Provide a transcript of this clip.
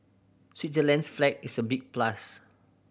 Switzerland's flag is a big plus